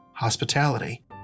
hospitality